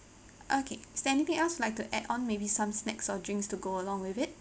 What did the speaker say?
okay is there anything else like to add on maybe some snacks or drinks to go along with it